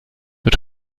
wird